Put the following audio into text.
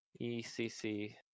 ECC